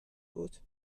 بود